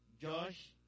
Josh